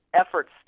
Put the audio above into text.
efforts